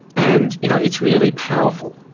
and you know it's really powerful,